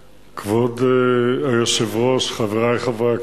1. כבוד היושב-ראש, חברי חברי הכנסת,